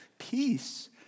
Peace